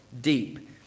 deep